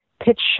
pitch